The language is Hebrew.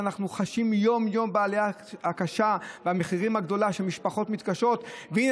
אנחנו חשים יום-יום בעלייה הקשה והגדולה שמשפחות מתקשות בה,